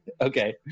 okay